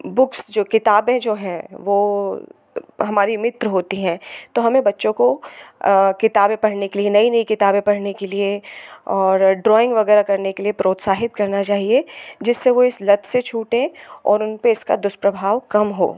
books जो किताबें जो है वह हमारे मित्र होती है तो हमें बच्चों को किताबें पढ़ने के लिए नई नई किताबें पढ़ने के लिए और ड्राइंग वगैरह करने के लिए प्रोत्साहित करना चाहिए जिससे वह इस लत से छूट और उन पर इसका दुष्प्रभाव कम हो